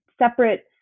separate